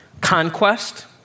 conquest